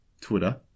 Twitter